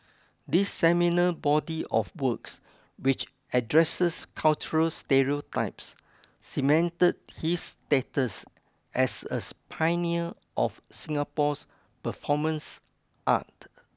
this seminal body of works which addresses cultural stereotypes cemented his status as a pioneer of Singapore's performance art